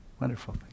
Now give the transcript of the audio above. Wonderful